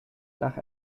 nach